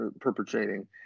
Perpetrating